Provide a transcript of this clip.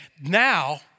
Now